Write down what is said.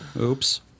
Oops